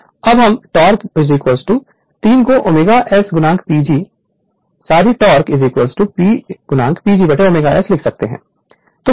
Refer Slide Time 1749 अब हम torque 3 को ω S PG sorry torque p PGω S लिख सकते हैं